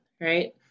right